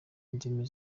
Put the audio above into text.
indimi